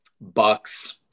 Bucks